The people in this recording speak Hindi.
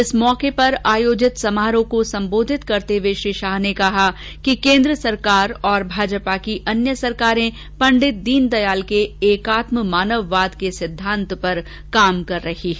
इस मौके पर आयोजित समारोह को सम्बोधित करते हुए श्री शाह ने कहा कि केंद्र सरकार और भाजपा की अन्य सरकारें पं दीनदयाल के एकात्म मानववाद के सिद्वांत पर काम कर रही हैं